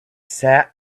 sat